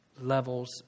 levels